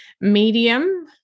Medium